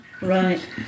right